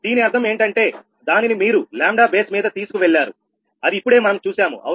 దీని అర్థం ఏంటంటే దానిని మీరు 𝜆 బేస్ మీద తీసుకువెళ్లారు అది ఇప్పుడే మనం చూసాము అవునా